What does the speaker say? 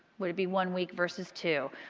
would it be one week versus two?